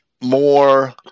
more